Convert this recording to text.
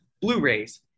Blu-rays